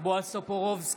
בועז טופורובסקי,